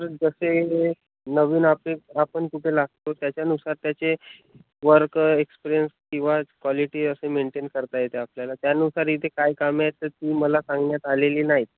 तर जसे नवीन ऑफिस आपण कुठे लागतो त्याच्यानुसार त्याचे वर्क एक्सपिरियन्स किंवा क्वाॉलिटी असे मेंटेन करता येते आपल्याला त्यानुसार इथे काय कामे आहेत तर ती मला सांगण्यात आलेली नाहीत